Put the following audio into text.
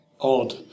odd